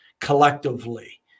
collectively